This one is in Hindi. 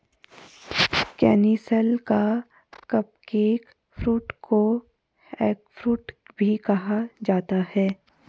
केनिसल या कपकेक फ्रूट को एगफ्रूट भी कहा जाता है